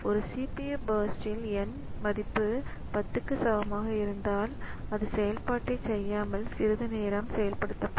ஒரு CPU burst ல் n மதிப்பு 10 க்கு சமமாக இருந்தால் அது IO செயல்பாட்டைச் செய்யாமல் சிறிது நேரம் செயல்படுத்தப்படும்